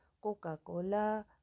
Coca-Cola